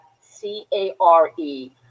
C-A-R-E